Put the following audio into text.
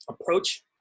approach